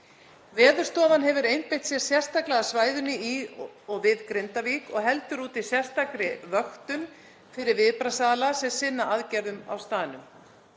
Veðurstofan hefur einbeitt sér sérstaklega að svæðinu í og við Grindavík og heldur úti sérstakri vöktun fyrir viðbragðsaðila sem sinna aðgerðum á staðnum.